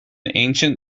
ancient